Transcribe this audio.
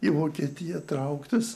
į vokietiją trauktis